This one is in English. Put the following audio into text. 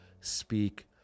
speak